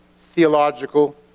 theological